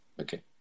Okay